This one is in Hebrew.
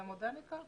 אתה מודע לכך?